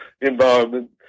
environment